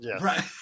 Right